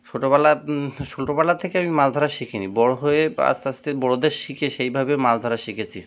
ছোটোবেলা ছোটোবেলা থেকে আমি মাছ ধরা শিখিনি বড় হয়ে আস্তে আস্তে বড়দের শিখে সেইভাবে মাছ ধরা শিখেছি